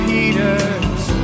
Peter's